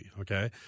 Okay